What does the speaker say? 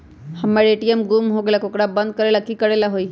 हमर ए.टी.एम गुम हो गेलक ह ओकरा बंद करेला कि कि करेला होई है?